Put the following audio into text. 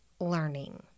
learning